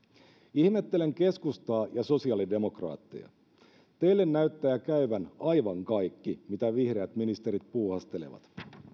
ihmettelen keskustaa ja sosiaalidemokraatteja teille näyttää käyvän aivan kaikki mitä vihreät ministerit puuhastelevat